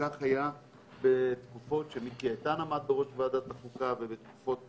כך היה בתקופות שמיקי איתן עמד בראש ועדת החוקה ובתקופות